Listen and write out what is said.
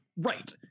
right